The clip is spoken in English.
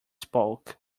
spoke